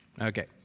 Okay